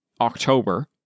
October